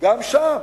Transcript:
גם שם: